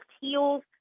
heels